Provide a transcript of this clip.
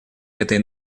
этой